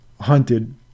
hunted